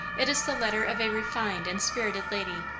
it is the letter of a refined and spirited lady,